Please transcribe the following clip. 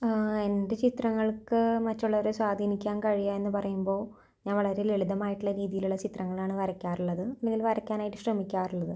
എൻ്റെ ചിത്രങ്ങൾക്ക് മറ്റുള്ളവരെ സ്വാധീനിക്കാൻ കഴിയാന്ന് പറയുമ്പോൾ ഞാൻ വളരെ ലളിതമായിട്ടുള്ള രീതിയിലുള്ള ചിത്രങ്ങളാണ് വരക്കാറുള്ളത് ഇല്ലെങ്കില് വരയ്ക്കാനായിട്ടു ശ്രമിക്കാറുള്ളത്